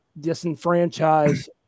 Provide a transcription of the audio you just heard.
disenfranchise